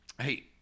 Hey